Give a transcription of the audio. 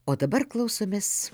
o dabar klausomės